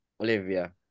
Olivia